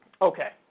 Okay